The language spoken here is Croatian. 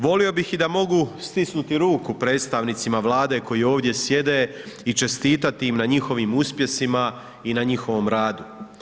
Volio bih i da mogu stisnuti ruku predstavnicima Vlade koji ovdje sjede i čestitati im na njihovim uspjesima i na njihovom radu.